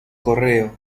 correo